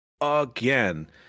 again